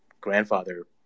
grandfather